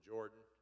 Jordan